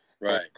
Right